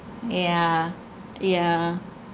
yeah yeah